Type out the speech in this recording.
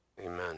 amen